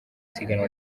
siganwa